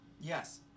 Yes